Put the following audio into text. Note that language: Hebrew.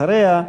אחריה,